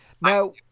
Now